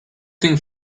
thing